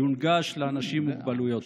יונגש לאנשים עם מוגבלויות.